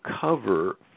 cover